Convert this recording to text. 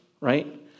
right